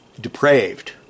depraved